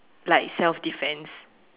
like self defense